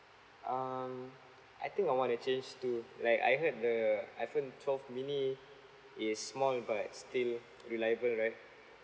um I think I wanna change to like I heard the iphone twelve mini is small but still reliable right